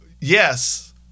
yes